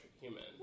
human